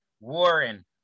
Warren